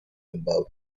about